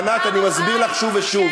ענת, אני מסביר לך שוב ושוב.